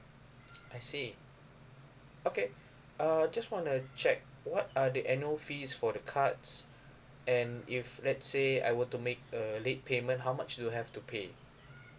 I see okay uh just wanna check what are the annual fees for the cards and if let's say I were to make a late payment how much do I have to pay